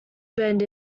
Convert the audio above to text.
bend